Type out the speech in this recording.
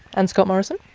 and scott morrison?